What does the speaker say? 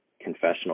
confessional